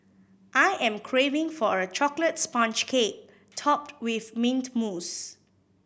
I am craving for a chocolate sponge cake topped with mint mousse